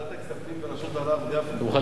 ועדת הכספים בראשות הרב גפני.